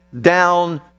down